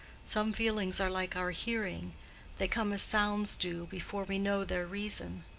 some feelings are like our hearing they come as sounds do, before we know their reason.